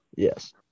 Yes